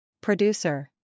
Producer